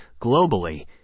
globally